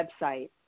website